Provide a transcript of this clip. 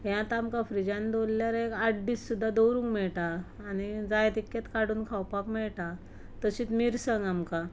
हें आतां आमकां फ्रीजान दवरल्यार एक आठ दीस सुद्दां दवरूंक मेळटा आनी जाय तितकेंच काडून खावपाक मेळटा तशीच मिरसांग आमकां